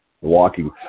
walking